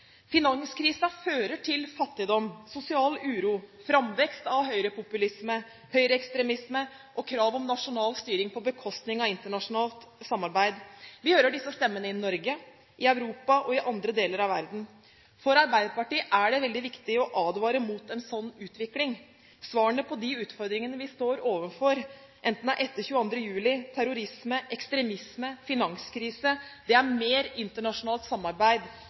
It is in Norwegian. fører til fattigdom, sosial uro, framvekst av høyrepopulisme, høyreekstremisme og krav om nasjonal styring på bekostning av internasjonalt samarbeid. Vi hører disse stemmene i Norge, i Europa og i andre deler av verden. For Arbeiderpartiet er det veldig viktig å advare mot en sånn utvikling. Svarene på de utfordringene vi står overfor – enten det er etter 22. juli, terrorisme, ekstremisme eller finanskrise – er mer internasjonalt samarbeid,